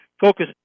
focus